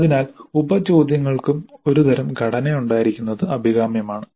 അതിനാൽ ഉപ ചോദ്യങ്ങൾക്കും ഒരുതരം ഘടന ഉണ്ടായിരിക്കുന്നത് അഭികാമ്യമാണ്